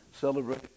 Celebrate